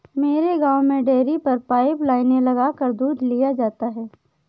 मेरे गांव में डेरी पर पाइप लाइने लगाकर दूध लिया जाता है